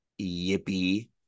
yippee